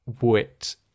wit